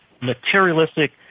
materialistic